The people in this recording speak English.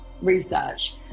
research